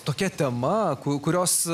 tokia tema kurios